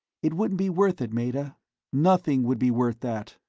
it wouldn't be worth it, meta. nothing would be worth that.